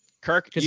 Kirk